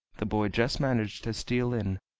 the boy just managed to steal in,